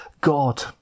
God